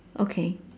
okay